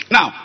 Now